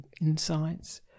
insights